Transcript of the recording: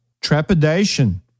trepidation